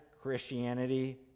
Christianity